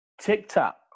TikTok